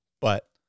but-